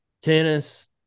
tennis